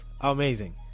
Amazing